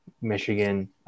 Michigan